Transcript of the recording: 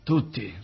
Tutti